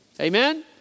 Amen